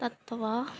Tattva